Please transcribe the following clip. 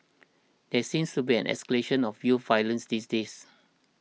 there seems to be an escalation of youth violence these days